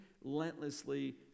relentlessly